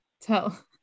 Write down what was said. Tell